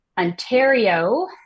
Ontario